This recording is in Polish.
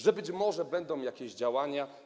Że być może będą jakieś działania.